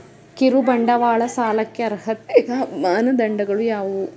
ಕಿರುಬಂಡವಾಳ ಸಾಲಕ್ಕೆ ಅರ್ಹತೆಯ ಮಾನದಂಡಗಳು ಯಾವುವು?